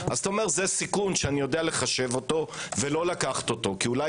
אתה אומר: זה סיכון שאני יודע לחשבו ולא לקחת אותו כי אולי